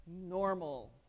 normal